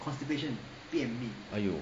!aiyo!